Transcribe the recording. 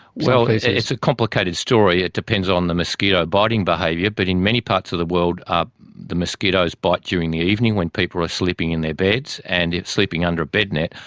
well, it's a it's a complicated story. it depends on the mosquito biting behaviour but in many parts of the world the mosquitoes bite during the evening when people are sleeping in their beds and sleeping under a bed net,